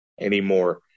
anymore